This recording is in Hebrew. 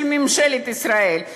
של ממשלת ישראל.